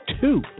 two